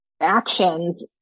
actions